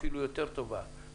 אפילו טובה יותר,